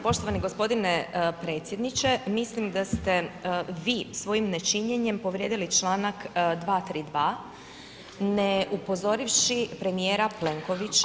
Poštovani gospodine predsjedniče, mislim da ste vi svojim nečinjenjem povrijedili članak 232. ne upozorivši premijera Plenkovića